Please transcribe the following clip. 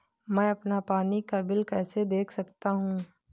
मैं अपना पानी का बिल कैसे देख सकता हूँ?